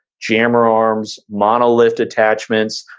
jammer arms, monolift attachments,